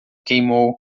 queimou